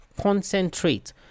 Concentrate